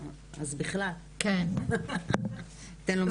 אז בכלל, ניתן לו מדליה.